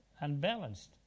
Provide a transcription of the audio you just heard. unbalanced